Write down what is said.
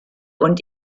und